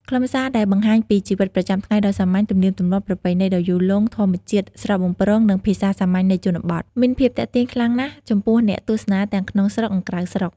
ខ្លឹមសារដែលបង្ហាញពីជីវិតប្រចាំថ្ងៃដ៏សាមញ្ញ ទំនៀមទម្លាប់ ប្រពៃណីដ៏យូរលង់ ធម្មជាតិស្រស់បំព្រង និង ភាពសាមញ្ញនៃជនបទ មានភាពទាក់ទាញខ្លាំងណាស់ចំពោះអ្នកទស្សនាទាំងក្នុងស្រុក និងក្រៅស្រុក។